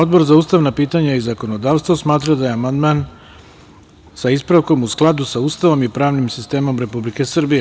Odbor za ustavna pitanja i zakonodavstvo smatra da je amandman, sa ispravkom, u skladu sa Ustavom i pravnim sistemom Republike Srbije.